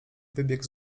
wybiegł